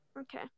Okay